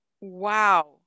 Wow